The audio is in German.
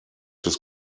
des